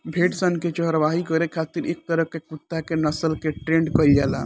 भेड़ सन के चारवाही करे खातिर एक तरह के कुत्ता के नस्ल के ट्रेन्ड कईल जाला